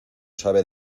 sabe